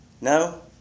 No